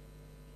בבקשה.